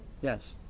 Yes